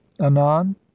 anon